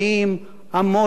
מנהלי התקשורת.